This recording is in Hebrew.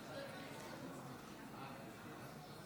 35 בעד ההצעה, 48